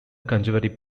conservative